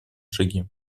шаги